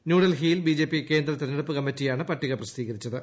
ന്യൂഡൽഹിയിൽ ബിജെപി കേന്ദ്ര തിരഞ്ഞെടുപ്പ് കമ്മിറ്റിയാണ് പട്ടിക പ്രസിദ്ധീകരിച്ചത്